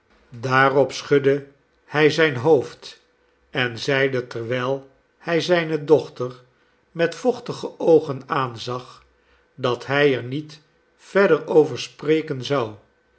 daarop schudde hij zijn hoofd en zeide terwijl hij zijne dochter met vochtige oogen aanzag dat hij er niet verder over spreken zou